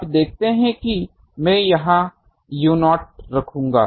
आप देखते हैं कि मैं यह u0 रखूंगा